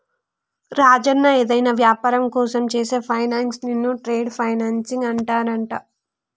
రాజన్న ఏదైనా వ్యాపారం కోసం చేసే ఫైనాన్సింగ్ ను ట్రేడ్ ఫైనాన్సింగ్ అంటారంట